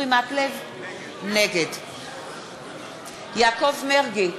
נגד יעקב מרגי,